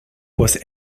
was